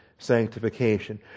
sanctification